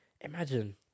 imagine